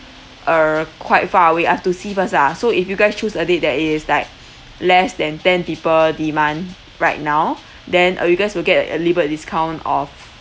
uh quite far away I've to see first ah so if you guys choose a date that is like less than ten people demand right now then uh you guys will get like early bird discount of